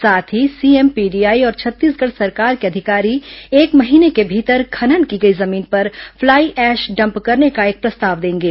साथ ही CM PDI और छत्तीसगढ़ सरकार के अधिकारी एक महीने के भीतर खनन की गई जमीन पर फ्लाई एश डम्प करने का एक प्रस्ताव देंगे